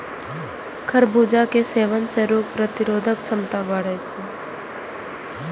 खरबूजा के सेवन सं रोग प्रतिरोधक क्षमता बढ़ै छै